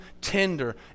tender